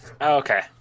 okay